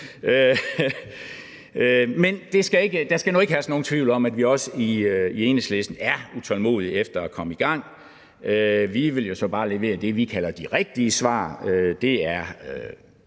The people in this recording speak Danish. Men der skal nu ikke herske nogen tvivl om, at vi også i Enhedslisten er utålmodige efter at komme i gang, men vi vil jo så bare levere det, vi kalder de rigtige svar, og det er